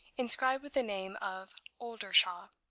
inscribed with the name of oldershaw.